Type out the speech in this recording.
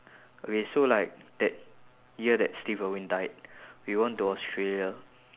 okay so like that year that steve irvin died we went to australia